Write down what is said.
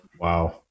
wow